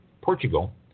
Portugal